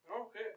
Okay